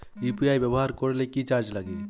UPI ব্যবহার করলে কি চার্জ লাগে?